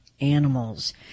animals